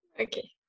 Okay